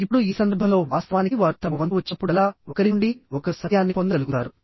ఇప్పుడు ఈ సందర్భంలో వాస్తవానికి వారు తమ వంతు వచ్చినప్పుడల్లా ఒకరి నుండి ఒకరు సత్యాన్ని పొందగలుగుతారు